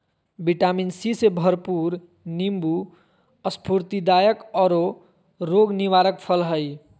vitamin C से भरपूर नीबू स्फूर्तिदायक औरो रोग निवारक फल हइ